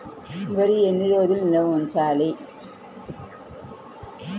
వరి ఎన్ని రోజులు నిల్వ ఉంచాలి?